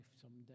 someday